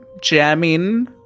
jamming